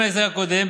בשונה מההסדר הקודם,